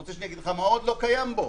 שאומר לך מה עוד לא קיים בו